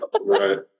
Right